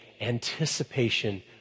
anticipation